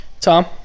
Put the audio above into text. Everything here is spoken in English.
Tom